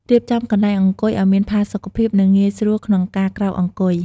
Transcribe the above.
រៀបចំកន្លែងអង្គុយឲ្យមានផាសុកភាព និងងាយស្រួលក្នុងការក្រោកអង្គុយ។